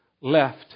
left